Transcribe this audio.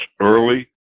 early